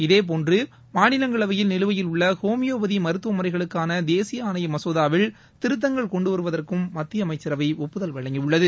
இதேபோன்று மாநிலங்களவையில் நிலுவையில் உள்ள ஹோமியோபதி மருத்துவ முறைகளுக்கான தேசிய ஆணைய மசோதாவில் திருத்தங்கள் கொண்டு வருவதற்கும் மத்திய அமைச்சரவை ஒப்புதல் வழங்கியுள்ளது